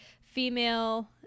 female